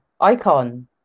icon